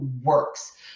works